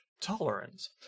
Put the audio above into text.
tolerance